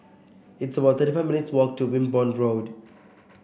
it's about thirty five minutes' walk to Wimborne Road